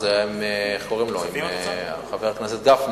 אז זה היה עם חבר הכנסת גפני,